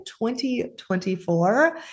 2024